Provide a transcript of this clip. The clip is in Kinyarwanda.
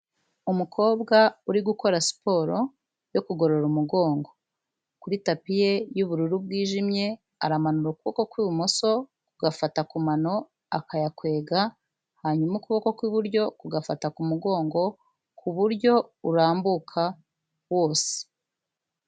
Umukobwa uri gukora siporo yo kugorora umugongo. Kuri tapi ye y'ubururu bwijimye, aramanura ukuboko kw'ibumoso, agafata ku mano, akayakwega, hanyuma ukuboko kw'iburyo kugafata ku mugongo ku buryo urambuka wose.